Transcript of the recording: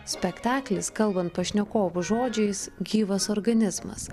spektaklis kalbant pašnekovų žodžiais gyvas organizmas